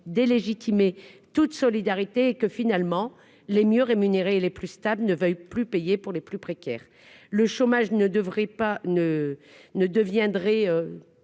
délégitimer toute solidarité que finalement les mieux rémunérés et les plus stables ne veuille plus payer pour les plus précaires, le chômage ne devrait